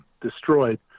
Destroyed